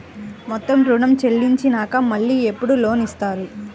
మొత్తం ఋణం చెల్లించినాక మళ్ళీ ఎప్పుడు లోన్ ఇస్తారు?